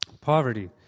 Poverty